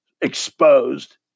exposed